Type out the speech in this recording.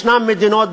יש מדינות,